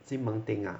西门町 ah